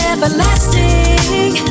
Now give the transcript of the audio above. Everlasting